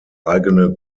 eigene